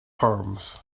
palms